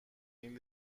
این